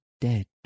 dead